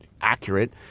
accurate